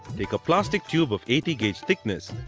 take a plastic tube of eighty gauge thickness,